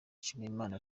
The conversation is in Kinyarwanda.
nshimiyimana